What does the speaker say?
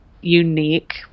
unique